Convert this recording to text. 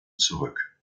zurück